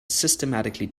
systematically